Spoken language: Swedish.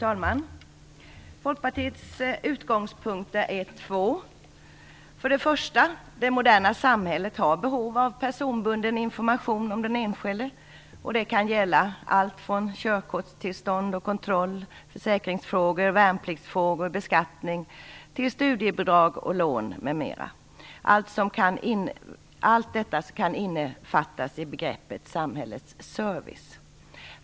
Fru talman! Folkpartiets utgångspunkter är två. För det första har det moderna samhället behov av personbunden information om den enskilde. Det kan gälla allt från körkortstillstånd, kontroll, försäkringsfrågor, värnpliktsfrågor och beskattning till studiebidrag, lån m.m. - allt som kan innefattas i begreppet samhällets service.